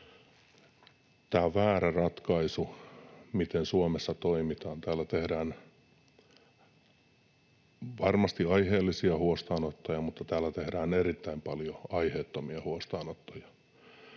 tämä on väärä ratkaisu, miten Suomessa toimitaan. Täällä tehdään varmasti aiheellisia huostaanottoja, mutta täällä tehdään erittäin paljon aiheettomia huostaanottoja.